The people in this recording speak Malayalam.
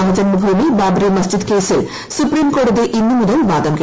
രാമജന്മഭൂമി ബാബറി മസ്ജിദ് കേസിൽ സുപ്രീംകോടതി ഇന്ന് മുതൽ വാദം കേൾക്കും